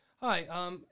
Hi